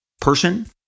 person